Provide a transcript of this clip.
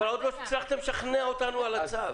עוד לא הצלחתם לשכנע אותנו על הצו.